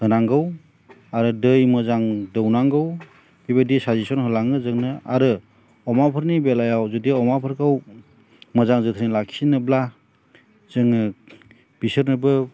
होनांगौ आरो दै मोजां दौनांगौ बेबायदि साजेसन होलाङो जोंनो आरो अमा फोरनि बेलायाव जुदि अमाफोरखौ मोजां जोथोन लाखिनोब्ला जोङो बिसोरनोबो